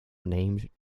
named